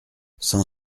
cent